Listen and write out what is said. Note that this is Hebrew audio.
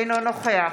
אינו נוכח